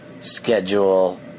Schedule